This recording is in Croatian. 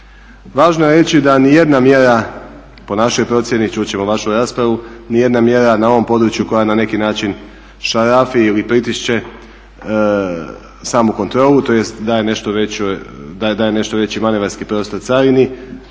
Važno je reći da nijedna mjera po našoj procjeni, čut ćemo vašu raspravu, nijedna mjera na ovom području koja na neki način šarafi ili pritišće samu kontrolu tj. daje nešto veći manevarski prostor carini,